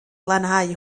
lanhau